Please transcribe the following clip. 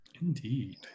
Indeed